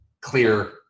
clear